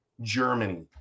Germany